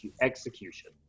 execution